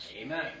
Amen